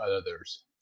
others